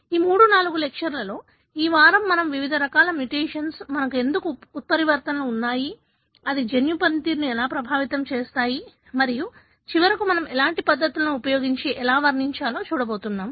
ఈ 3 4 లెక్చర్లలో ఈ వారం మనం వివిధ రకాల మ్యుటేషన్ మనకు ఎందుకు ఉత్పరివర్తనలు ఉన్నాయి అది జన్యు పనితీరును ఎలా ప్రభావితం చేస్తుంది మరియు చివరకు మనం ఎలాంటి పద్ధతులను ఉపయోగించి ఎలా వర్ణించాలో చూడబోతున్నాం